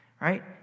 Right